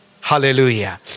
Hallelujah